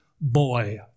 boy